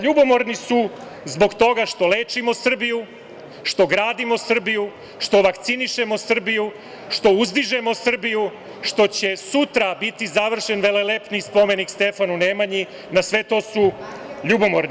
Ljubomorni su zbog toga što lečimo Srbiju, što gradimo Srbiju, što vakcinišemo Srbiju, što uzdižemo Srbiju, što će sutra biti završen velelepni spomenik Stefanu Nemanji, na sve to su ljubomorni.